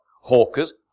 Hawkers